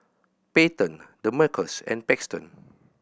Payton Demarcus and Paxton